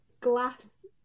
glass